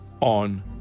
on